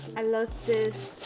i love this